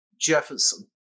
Jefferson